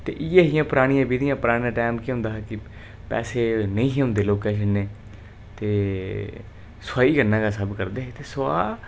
ते इ'यै हियां परानिया विधियां पराने टैम केह् होंदा हा कि पैसे नेईं हे होंदे लोके शा इन्ने ते ते सोहाई कन्नै गै सब करदे हे ते सोआह्